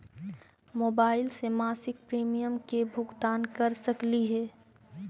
Mobile से मासिक premium के भुगतान कर सकली हे?